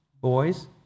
boys